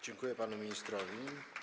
Dziękuję panu ministrowi.